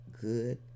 good